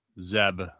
Zeb